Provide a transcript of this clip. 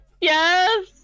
yes